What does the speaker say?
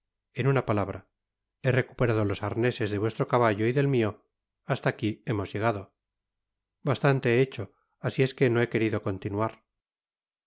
en una palabra he recuperado los arneses de vuestro caballo y del mio hasta aqui hemos llegado bastante he hecho asi es que no he querido continuar